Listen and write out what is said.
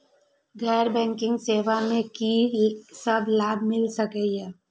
गैर बैंकिंग सेवा मैं कि सब लाभ मिल सकै ये?